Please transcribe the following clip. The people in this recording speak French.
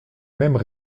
mêmes